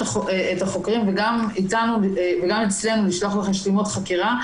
החוקרים וגם אצלנו נשלחות להשלמות חקירה.